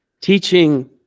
teaching